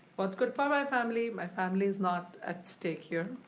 what's good for my family, my family's not at stake here,